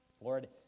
Lord